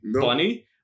funny